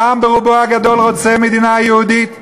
העם ברובו הגדול רוצה מדינה יהודית.